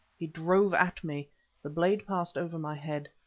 he drove at me the blade passed over my head.